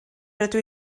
rydw